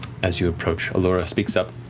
as you approach, allura speaks up.